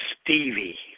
Stevie